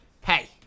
hey